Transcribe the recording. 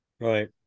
Right